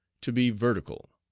to be vertical.